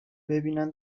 ببینن